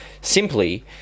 simply